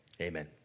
amen